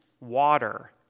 water